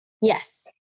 Yes